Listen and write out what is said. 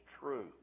true